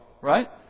Right